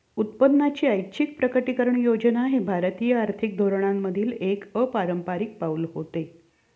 उत्पन्नाची ऐच्छिक प्रकटीकरण योजना हे भारतीय आर्थिक धोरणांमधील एक अपारंपारिक पाऊल होते